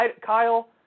Kyle